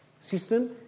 system